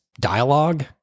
Dialogue